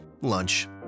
lunch